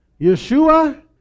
Yeshua